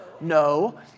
No